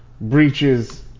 breaches